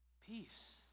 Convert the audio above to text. peace